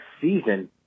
season